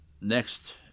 next